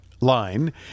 line